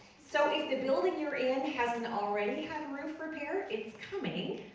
so if the building you're in hasn't already had roof repair, it's coming.